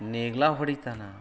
ನೇಗ್ಲು ಹೊಡಿತಾನೆ